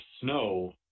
snow